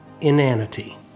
Inanity